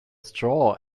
straw